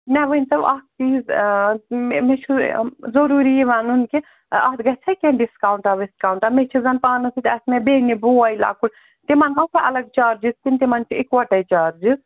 مےٚ ؤنۍتو اَکھ چیٖز مےٚ چھُ ضروٗری یہِ وَنُن کہِ اَتھ گژھِ ہا کیٚنٛہہ ڈِسکاوُنٛٹا وِسکاونٛٹا مےٚ چھِ زَن پانَس سۭتۍ آسہِ مےٚ بیٚنہِ بوے لۅکُٹ تِمَن ما چھِ الگ چارجِز کِنہٕ تِمَن چھِ اِکوَٹَے چارجِز